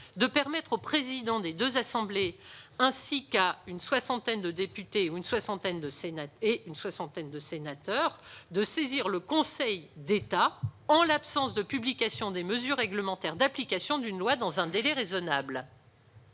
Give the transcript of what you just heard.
de permettre aux présidents des deux assemblées, ainsi qu'à une soixantaine de députés ou une soixantaine de sénateurs de saisir le Conseil d'État en l'absence de publication des mesures réglementaires d'application d'une loi dans un délai raisonnable.